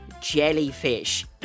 jellyfish